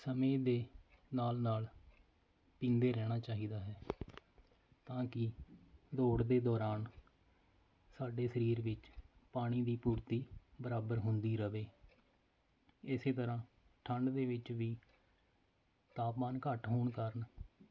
ਸਮੇਂ ਦੇ ਨਾਲ ਨਾਲ ਪੀਂਦੇ ਰਹਿਣਾ ਚਾਹੀਦਾ ਹੈ ਤਾਂ ਕਿ ਦੌੜ ਦੇ ਦੌਰਾਨ ਸਾਡੇ ਸਰੀਰ ਵਿੱਚ ਪਾਣੀ ਦੀ ਪੂਰਤੀ ਬਰਾਬਰ ਹੁੰਦੀ ਰਹੇ ਇਸ ਤਰ੍ਹਾਂ ਠੰਡ ਦੇ ਵਿੱਚ ਵੀ ਤਾਪਮਾਨ ਘੱਟ ਹੋਣ ਕਾਰਨ